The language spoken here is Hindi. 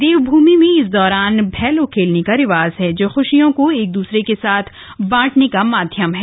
देवभूमि में इस दौरान भैलो खेलने का रिवाज है जो ख्शियों को एक दूसरे के साथ बांटने का माध्यम है